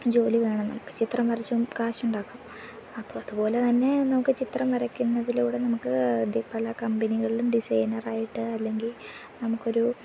ജോലി വേണം നമുക്ക് ചിത്രം വരച്ചും കാശുണ്ടാക്കാം അപ്പം അതുപോലെ തന്നെ നമുക്ക് ചിത്രം വരയ്ക്കുന്നതിലൂടെ നമുക്ക് ഒരു പല കമ്പനികളിലും ഡിസൈനർ ആയിട്ട് അല്ലെങ്കിൽ നമുക്ക് ഒരു